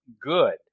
good